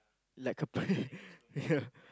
like a p~ ya